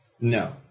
No